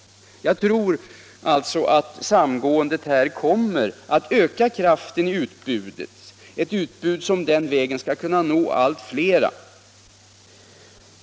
Vi tror alltså att detta samgående kommer att öka kraften i utbudet — ett utbud som på det sättet skall kunna nå allt flera.